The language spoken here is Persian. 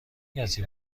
کسی